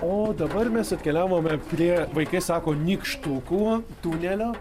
o dabar mes atkeliavome prie vaikai sako nykštukų tunelio